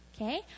okay